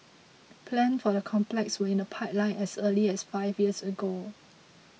plans for the complex were in the pipeline as early as five years ago